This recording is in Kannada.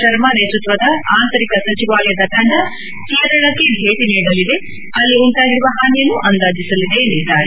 ಶರ್ಮಾ ನೇತೃತ್ಯದ ಆಂತರಿಕ ಸಚಿವಾಲಯದ ತಂಡ ಕೇರಳಕ್ಕೆ ಭೇಟಿ ಅಲ್ಲಿ ಉಂಟಾಗಿರುವ ಹಾನಿಯನ್ನು ಅಂದಾಜಿಸಲಿದೆ ಎಂದಿದ್ದಾರೆ